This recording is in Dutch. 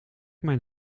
mijn